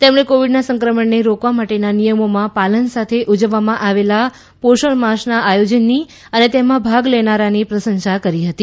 તેમણે કોવિડના સંક્રમણને રોકવા માટેના નિયમોના પાલન સાથે ઉજવવામાં આવેલા પોષણ માસના આયોજનની અને તેમાં ભાગ લેનારની પ્રશંસા કરી હતી